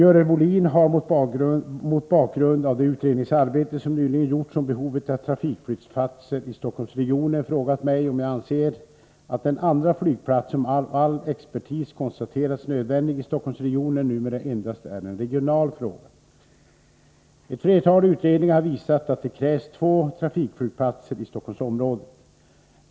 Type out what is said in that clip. Fru talman! Görel Bohlin har, mot bakgrund av det utredningsarbete som nyligen gjorts om behovet av trafikflygplatser i Stockholmsregionen, frågat mig om jag anser att den andra flygplats som av all expertis konstaterats nödvändig i Stockholmsregionen numera endast är en regional fråga. Flera utredningar har visat att det krävs två trafikflygplatser i Stockholmsområdet.